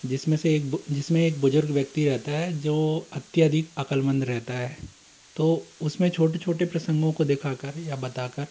जिस में से एक बु जिस में एक बुज़ुर्ग व्यक्ति रहता है जो अत्यधिक अकलमंद रहता है तो उस में छोटे छोटे प्रसंगों को दिखा कर या बता कर